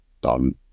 done